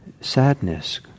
sadness